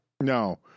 No